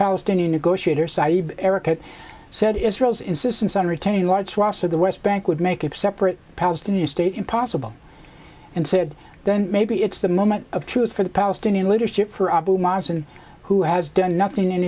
palestinian negotiator saeed erica said israel's insistence on returning large swaths of the west bank would make a separate palestinian state impossible and said then maybe it's the moment of truth for the palestinian leadership for abu mazin who has done nothing in